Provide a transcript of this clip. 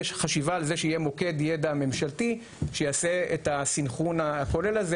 חשיבה על זה שיהיה מוקד ידע ממשלתי שיעשה את הסנכרון הכולל הזה,